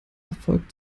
erfolgt